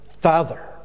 Father